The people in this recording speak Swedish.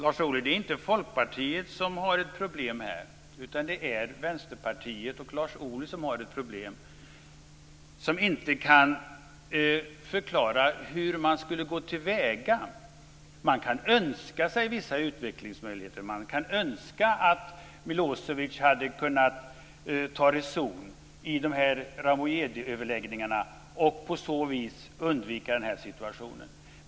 Fru talman! Det är inte Folkpartiet som har problem här, utan det är Vänsterpartiet och Lars Ohly. Ni kan inte förklara hur man skulle gå till väga. Man kan önska sig vissa utvecklingsmöjligheter, att Milosevic hade kunnat ta reson i Rambouilletöverläggningarna och att vi på så vis kunnat undvika dagens situation.